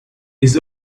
his